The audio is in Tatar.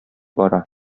бара